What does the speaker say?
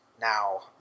Now